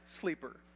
sleeper